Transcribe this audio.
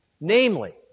namely